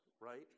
right